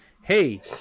Hey